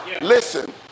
Listen